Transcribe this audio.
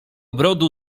brodu